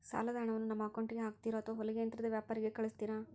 ಸಾಲದ ಹಣವನ್ನು ನಮ್ಮ ಅಕೌಂಟಿಗೆ ಹಾಕ್ತಿರೋ ಅಥವಾ ಹೊಲಿಗೆ ಯಂತ್ರದ ವ್ಯಾಪಾರಿಗೆ ಕಳಿಸ್ತಿರಾ?